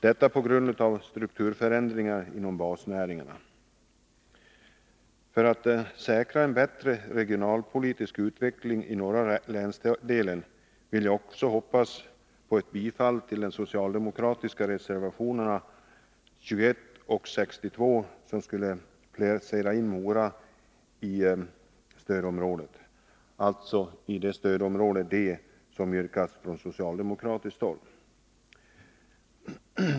Detta har sin grund i strukturförändringarna inom basnäringarna. För att säkra en bättre regionalpolitisk utveckling i den norra länsdelen hoppas jag på ett bifall till de socialdemokratiska reservationerna 21 och 62, vilket skulle placera in Mora kommun i stödområdet — det gäller alltså inplacering i stödområde D, som har yrkats från socialdemokratiskt håll.